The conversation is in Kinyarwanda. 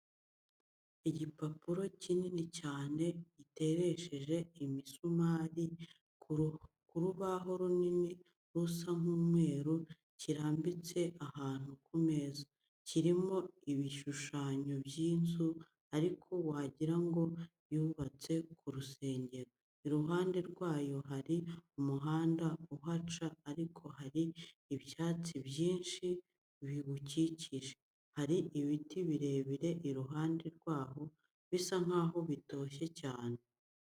Igipapuro kinini cyane giteresheje imisumari ku rubaho runini rusa nk'umweru, kirambitse ahantu ku meza. Kirimo igishushanyo cy'inzu ariko wagira ngo yubatse nk'urusengero, iruhande rwayo hari umuhanda uhaca ariko hari n'ibyatsi byinshi biwukikije. Hari ibiti birebire iruhande rwaho bisa nkaho bitoshye cyane.